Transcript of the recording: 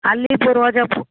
அல்லிப்பூ ரோஜாப்பூ